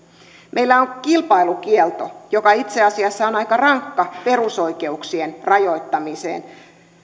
meillä on kilpailukielto joka itse asiassa on aika rankka perusoikeuksien rajoittamiseen